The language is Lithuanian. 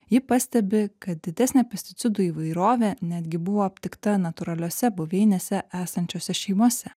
ji pastebi kad didesnė pesticidų įvairovė netgi buvo aptikta natūraliose buveinėse esančiose šeimose